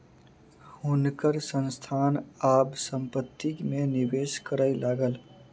हुनकर संस्थान आब संपत्ति में निवेश करय लागल